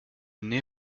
nez